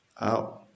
out